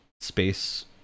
space